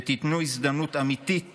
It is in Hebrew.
ותיתנו הזדמנות אמיתית